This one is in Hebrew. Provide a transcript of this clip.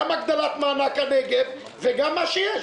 גם הגדלת מענק הנגב וגם מה שיש.